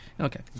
Okay